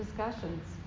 Discussions